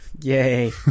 Yay